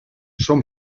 són